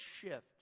shift